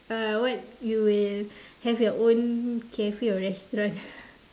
uh what you will have your own cafe or restaurant